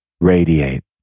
radiate